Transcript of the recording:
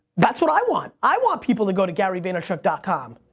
that's what i want. i want people to go to garyvaynerchuk ah com.